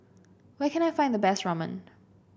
where can I find the best Ramen